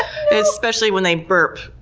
especially when they burp,